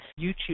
YouTube